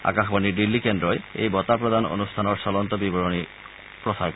আকাশবাণীৰ দিল্লী কেন্দ্ৰই এই বঁটা প্ৰদান অনুষ্ঠানৰ চলন্ত বিৱৰণী সম্প্ৰচাৰ কৰিব